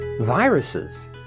viruses